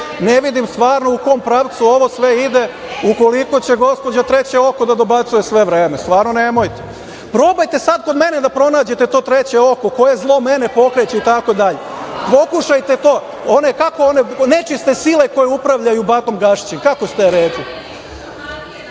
Ne vidim stvarno u kom pravcu ovo sve ide, ukoliko će gospođa „treće oko“ da dobacuje sve vreme. Stvarno nemojte. Probajte sada kod mene da pronađete to treće oko, koje zlo mene pokreće itd. Pokušajte to. Kako one nečiste sile koje upravljaju Batom Gašićem. Kako ste